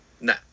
No